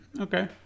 Okay